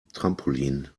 trampolin